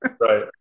Right